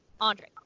Andre